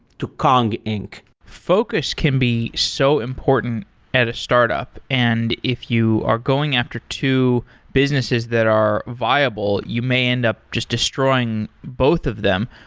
to kong inc focus can be so important at a startup, and if you are going after two business that are viable, you may end up just destroying both of them.